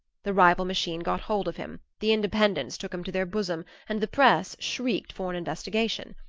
the rival machine got hold of him, the independents took him to their bosom, and the press shrieked for an investigation.